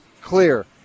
clear